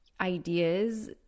ideas